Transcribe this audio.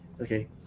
Okay